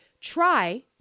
try